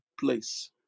place